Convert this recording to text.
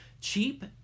cheap